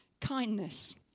kindness